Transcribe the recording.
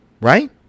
right